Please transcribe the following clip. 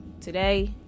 today